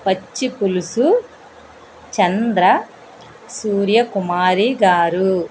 పచ్చి పులుసు చంద్ర సూర్య కుమారి గారు